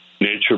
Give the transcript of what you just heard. nature